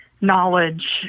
knowledge